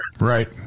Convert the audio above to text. Right